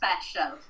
special